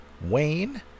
Wayne